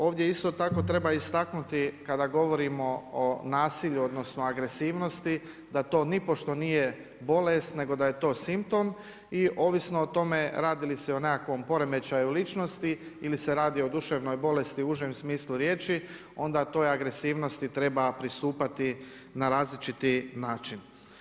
Ovdje isto tako treba istaknuti kada govorimo o nasilju odnosno agresivnosti da to nipošto nije bolest nego da je to simptom i ovisno o tome radi li se o nekakvom poremećaju ličnosti ili se radi o duševnoj bolesti u užem smislu riječi, onda toj agresivnosti treba pristupati na različiti način.